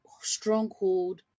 stronghold